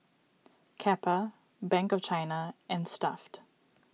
Kappa Bank of China and Stuff'd